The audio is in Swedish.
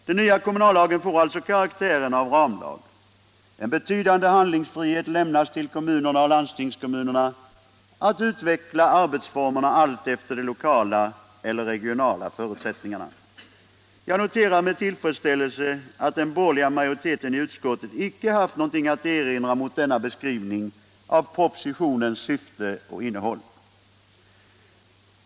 Den nya kommunallagen får alltså karaktären av ramlag. En betydande handlingsfrihet lämnas till kommunerna och landstingskommunerna att utveckla arbetsformerna allt efter de lokala eller de regionala förutsättningarna. Jag noterar med tillfredsställelse att den borgerliga majoriteten i utskottet icke haft någonting att erinra mot denna beskrivning av propositionens syfte och innehåll.